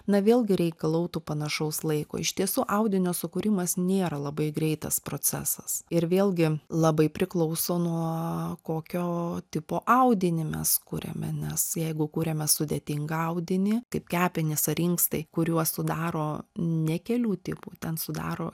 na vėlgi reikalautų panašaus laiko iš tiesų audinio sukūrimas nėra labai greitas procesas ir vėlgi labai priklauso nuo kokio tipo audinį mes kuriame nes jeigu kuriame sudėtingą audinį kaip kepenys ar inkstai kuriuos sudaro ne kelių tipų ten sudaro